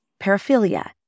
paraphilia